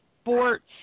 Sports